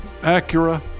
Acura